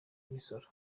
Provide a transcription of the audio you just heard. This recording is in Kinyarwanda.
imisoro